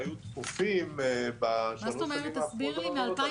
שהיו תכופים בשלוש שנים האחרונות,